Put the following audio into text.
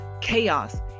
chaos